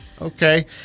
Okay